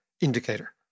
indicator